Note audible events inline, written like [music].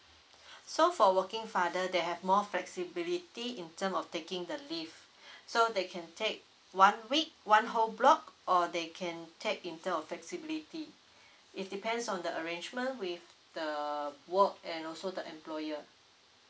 [breath] so for working father they have more flexibility in term of taking the leave [breath] so they can take one week one whole block or they can take in term of flexibility it depends on the arrangement with the work and also the employer